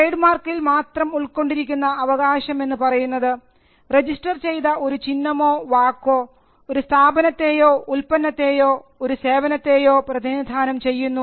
trade മാർക്കിൽ മാത്രം ഉൾക്കൊണ്ടിരിക്കുന്ന അവകാശം എന്ന് പറയുന്നത് രജിസ്റ്റർ ചെയ്തത ഒരു ചിഹ്നമോ വാക്കോ ഒരു സ്ഥാപനത്തെയോ ഉൽപ്പന്നത്തെയോ ഒരു സേവനത്തെയോ പ്രതിനിധാനം ചെയ്യുന്നു